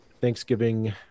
Thanksgiving